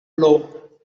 blow